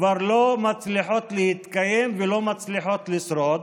כבר לא מצליחות להתקיים ולא מצליחות לשרוד,